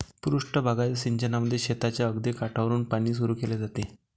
पृष्ठ भागाच्या सिंचनामध्ये शेताच्या अगदी काठावरुन पाणी सुरू केले जाते